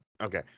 Okay